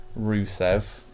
Rusev